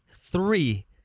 three